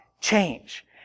change